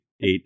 eight